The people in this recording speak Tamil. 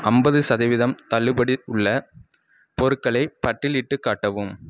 ஐம்பது சதவீதம் தள்ளுபடி உள்ள பொருட்களை பட்டியலிட்டுக் காட்டவும்